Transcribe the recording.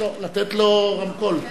לתת לו רמקול,